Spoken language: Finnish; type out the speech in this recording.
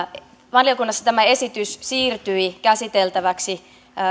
valiokunnassa tämä esitys siirtyi käsiteltäväksi